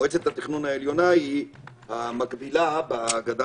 מועצת התכנון העליונה היא המקבילה בגדה